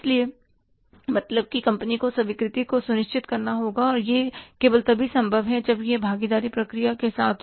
इसलिए मतलब की कंपनी को स्वीकृति को सुनिश्चित करना होगा और यह केवल तभी संभव है जब यह भागीदारी प्रक्रिया के साथ हो